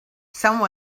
some